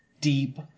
deep